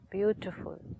Beautiful